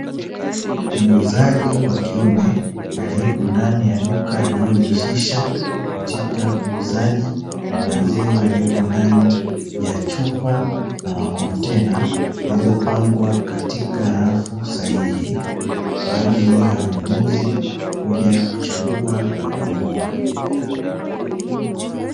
Muuzaji wa kiume aliyepo ndani ya duka linalojihusisha katika uuzaji wa maziwa yaliyopo ndani ya chupa na makontena, zilizopangwa katika rafu sahihi kwa ajili ya wanunuzi kuja kuchagua na kununua.